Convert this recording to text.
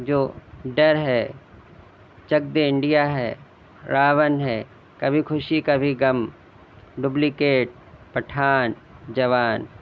جو ڈر ہے چک دے انڈیا ہے راون ہے کبھی خوشی کبھی غم ڈوپلیکیٹ پٹھان جوان